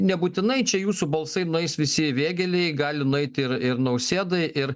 nebūtinai čia jūsų balsai nueis visi vėgėlei gali nueit ir ir nausėdai ir